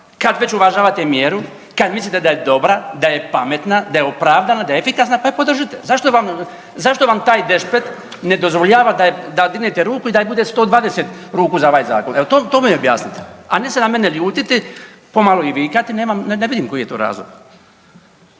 kad već uvažavate mjeru, kad mislite da je dobra, da je pametna, da je opravdana, da je efikasna, pa je podržite. Zašto vam, zašto vam taj dešpet ne dozvoljava da dignete ruku i da bude 120 ruku za ovaj Zakon? Evo, to mi objasnite, a ne se na mene ljutiti, pomalo i vikati, ne vidim koji je to razlog.